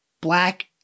black